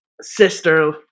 sister